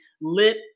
lit